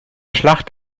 schlacht